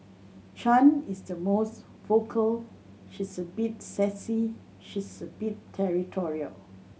Chan is the most vocal she's a bit sassy she's a bit territorial